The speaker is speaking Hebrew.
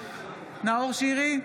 נאור שירי,